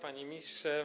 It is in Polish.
Panie Ministrze!